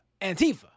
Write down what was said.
Antifa